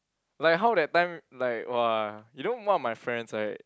like how that time like !wah! you know one of my friends right